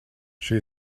she